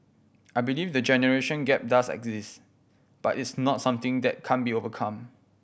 I believe the generation gap does exist but it's not something that can't be overcome